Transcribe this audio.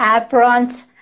aprons